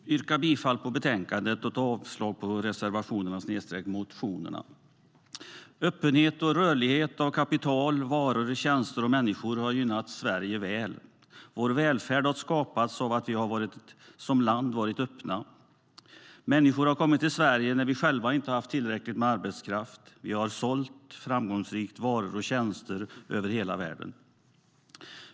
Herr talman! Jag yrkar bifall till utskottets förslag och avslag på reservationerna. Öppenhet och rörlighet för kapital, varor, tjänster och människor har gynnat Sverige väl. Vår välfärd har skapats av att vi som land varit öppna. Människor har kommit till Sverige när vi själva inte har haft tillräckligt med arbetskraft. Vi har framgångsrikt sålt varor och tjänster över hela världen.